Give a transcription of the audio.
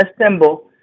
assemble